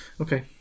okay